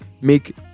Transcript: make